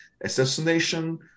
assassination